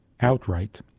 outright